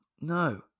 No